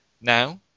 Now